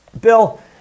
Bill